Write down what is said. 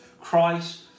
Christ